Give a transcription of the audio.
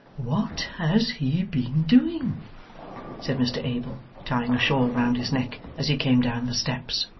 what has he been doing said mr abel, tying a shawl round his neck as he came down the steps.